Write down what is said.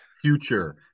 Future